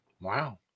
Wow